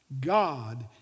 God